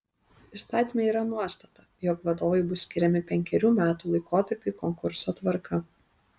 įstatyme yra nuostata jog vadovai bus skiriami penkerių metų laikotarpiui konkurso tvarka